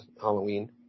Halloween